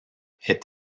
est